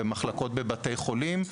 במחלקות בבתי חולים.